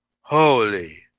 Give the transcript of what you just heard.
Holy